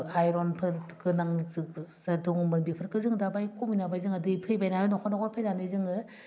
आइरनफोर गोनां दंमोन बेफोरखौ जों दा बाय खमायनो हाबाय जोंहा दै फैबायना नख'र नख'र फैनानै जोङो